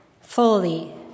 fully